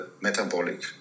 metabolic